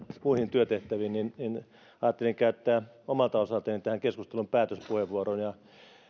muihin työtehtäviin ja ajattelin käyttää omalta osaltani tähän keskusteluun päätöspuheenvuoron ja